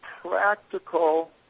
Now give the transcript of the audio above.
practical